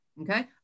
Okay